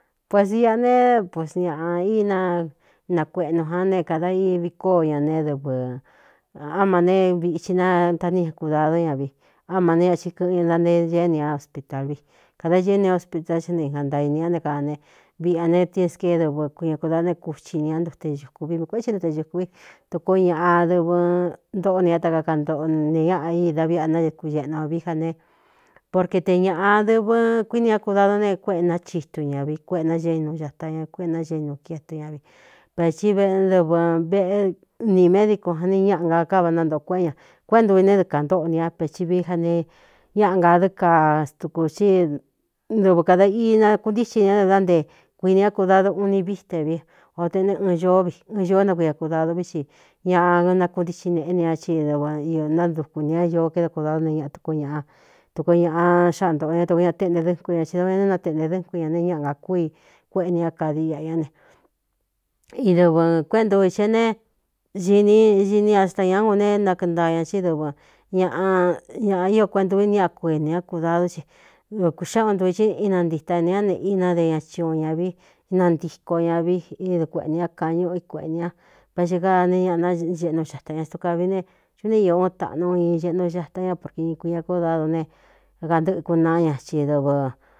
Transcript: Kuesiꞌa ne pus ñaꞌa ínainakueꞌnu jan ne kāda ívi kóó ña ne dɨvɨ á ma ne vichi na taní ña kudadó ña vi á ma neé ñai kɨꞌɨn ña ntanteé céé ni ña hospitar vi kāda ñeé ni hospitar ci ne igān ntaa ini ñá ne kāa ne viꞌa ne ti skée dɨvɨ kuiña kudado né kuchi ni ñá ntute xuku vi vi kuēꞌe tɨ nɨte xūku vi tuku ñaꞌa dɨvɨ ntóꞌo ni ña ta kakantoꞌo ne ñáꞌa í da viꞌa naɨku eꞌnu ā vií ja ne porkue te ñāꞌa dɨvɨn kuíni ñá kudado ne kuéꞌe na chitu ña vi kuéꞌenageinu xata ña kuéꞌenaxeinu kietu ña vi pēthi vꞌ dɨvɨ veꞌ ni médico an ni ñaꞌa nga káva nantōꞌo kuéꞌen ña kuéꞌe ntu vi né dɨ kān ntóꞌo ni a peci vií ja ne ñáꞌa ngadɨ́ kaa tuku cíi dɨvɨ kāda i nakuntíxin niñá dɨ dá nte kuini ñá kudado uni ví te vi o te ne ɨɨn ñoó vi ɨn ñoó na kui a kudado vi xi ñaꞌa nakuntíxin neꞌé ni ña ci dɨvɨ náduku nīña ñoó kéda kudado ne ñaꞌa tuku ñaꞌa tuku ñāꞌa xáꞌa ntōꞌo ña tuku ña téꞌnte dɨ́nkun ña thi dav neé nateꞌnte dɨ́nkun ña ne ñáꞌa ga kú i kuéꞌe ni á kādiiꞌa ñá ne i dɨvɨ kuéꞌe ntu i cé ne xini sini ña sata ñā un ne nakɨꞌɨntaa ña cí dɨvɨ ñaꞌ ñaꞌa ío kueꞌntuini a kuinī ñá kudadú ce dɨkūxáa u ntui hí i nantita inī ñá ne ína de ña c un ñā vi inantiko ña vi í dɨ kueꞌ nī ñá kāñu u i kueꞌnī ña va xi káa ne ñaꞌa náxeꞌnu xata ña stukavií ne cu ne īó uun taꞌnu in xeꞌnu xata ña porke in kuii ña ko dado ne kantɨ́ꞌɨ kunaꞌá ña chi dɨvɨ.